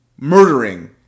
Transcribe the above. murdering